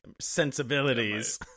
sensibilities